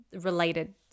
related